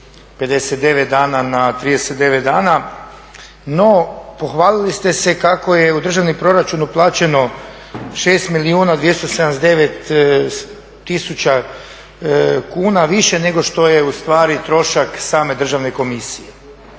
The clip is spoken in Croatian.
59 dana na 39 dana. No, pohvalili ste se kako je u državni proračun uplaćeno 6 milijuna 279 tisuća kuna više nego što je u stvari trošak same Državne komisije.